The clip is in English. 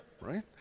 right